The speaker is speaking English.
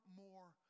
more